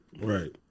right